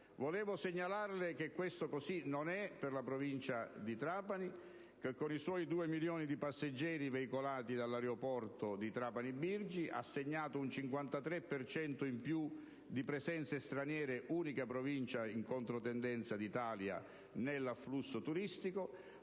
Volevo segnalarle che questo così non è per la provincia di Trapani, che con i suoi due milioni di passeggeri veicolati dall'aeroporto di Trapani Birgi ha segnato un 53 per cento in più di presenze straniere, unica Provincia in controtendenza in Italia nell'afflusso turistico,